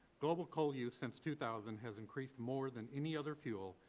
global coal use since two thousand has increased more than any other fuel,